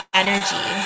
energy